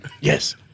Yes